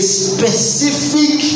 specific